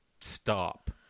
stop